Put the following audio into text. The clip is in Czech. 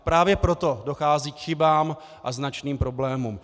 Právě proto dochází k chybám a značným problémům.